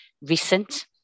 recent